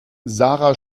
sara